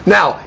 Now